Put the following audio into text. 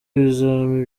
ibizami